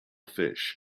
fish